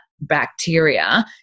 bacteria